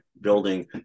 building